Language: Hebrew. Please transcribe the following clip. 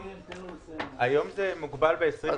היום זה מוגבל ב-20%.